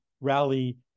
rally